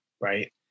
right